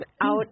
out